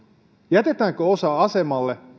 jätetäänkö osa asemalle